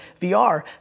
VR